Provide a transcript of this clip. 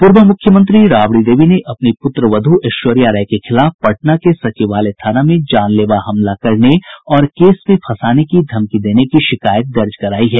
पूर्व मुख्यमंत्री राबड़ी देवी ने अपनी पुत्रवधु ऐश्वर्या राय के खिलाफ पटना के सचिवालय थाना में जानलेवा हमला करने और केस में फंसाने की धमकी देने की शिकायत दर्ज करायी है